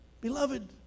Beloved